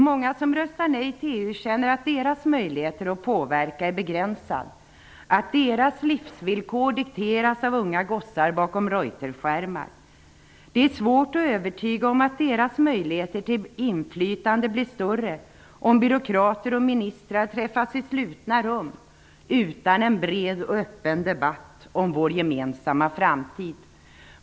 Många som har röstat nej till EU känner att deras möjligheter att påverka är begränsade, att deras livsvillkor dikteras av unga gossar bakom Reuterskärmar. Det är svårt att övertyga om att deras möjligheter till inflytande blir större om byråkrater och ministrar träffas i slutna rum, utan en bred och öppen debatt om vår gemensamma framtid.